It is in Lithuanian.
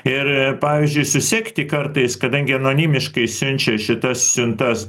ir pavyzdžiui susekti kartais kadangi anonimiškai siunčia šitas siuntas